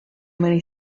many